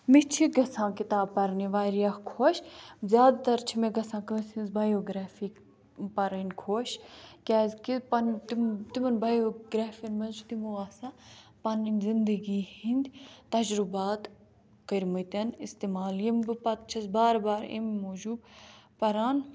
مےٚ چھِ گژھان کِتاب پَرنہِ واریاہ خۄش زیادٕ تَر چھِ مےٚ گژھان کٲنٛسہِ ہِنٛز بَیوگرٛیفِک پَرٕنۍ خۄش کیٛازِکہِ پَنُن تِم تِمَن بَیوگرٛیفیَن منٛز چھِ تِمو آسان پَنٕنۍ زِندگی ہِنٛدۍ تَجرُبات کٔرمٕتٮ۪ن اِستعمال یِم بہٕ پَتہٕ چھَس بار بار امہِ موٗجوٗب پَران